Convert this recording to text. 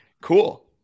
Cool